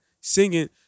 Singing